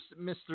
Mr